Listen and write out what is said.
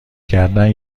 کردن